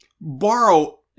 borrow